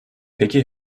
peki